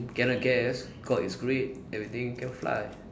ya I guess cause it's great everything can fly